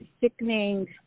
sickening